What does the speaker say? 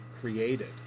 created